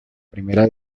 primera